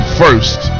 first